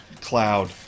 Cloud